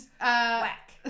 Whack